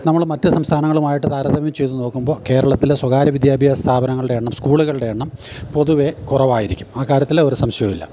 നമ്മൾ മറ്റ് സംസ്ഥാനങ്ങളുമായിട്ട് താരതമ്യം ചെയ്ത് നോക്കുമ്പോൾ കേരളത്തിലെ സ്വകാര്യ വിദ്യാഭ്യാസ സ്ഥാപനങ്ങളുടെ എണ്ണം സ്കൂള്കൾടെ എണ്ണം പൊതുവേ കുറവായിരിക്കും ആ കാര്യത്തിൽ ഒരു സംശയവും ഇല്ല